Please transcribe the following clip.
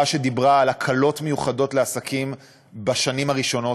שדיברה על הקלות מיוחדות לעסקים בשנים הראשונות,